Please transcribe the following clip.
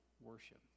worship